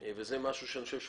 של התושבות הארעית.